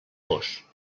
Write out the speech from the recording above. vós